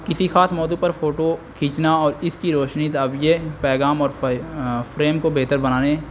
کسی خاص موضوع پر فوٹو کھینچنا اور اس کی روشنی دویے پیغام اور فریم کو بہتر بنانے